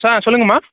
ஆ சொல்லுங்கம்மா